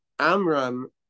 Amram